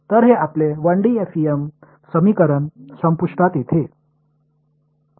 तर हे आपले 1D एफईएम समीकरण संपुष्टात येते